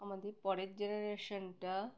আমাদের পরের জেনারেশনটা